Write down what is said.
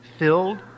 Filled